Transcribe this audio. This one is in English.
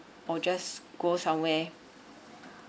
or just go somewhere